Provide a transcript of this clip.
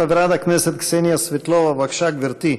חברת הכנסת קסניה סבטלובה, בבקשה, גברתי.